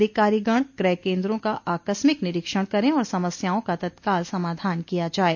अधिकारीगण क्रय केन्द्रों का आकस्मिक निरीक्षण करे और समस्याओं का तत्काल समाधान किया जाये